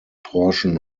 portion